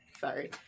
Sorry